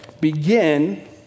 begin